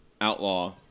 outlaw